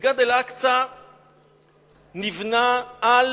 מסגד אל-אקצא נבנה על